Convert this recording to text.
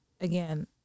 again